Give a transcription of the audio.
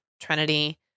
Trinity